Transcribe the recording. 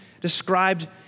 described